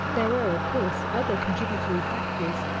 there were, of course, other contributory factors,